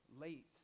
late